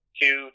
two